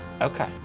Okay